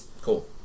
Cool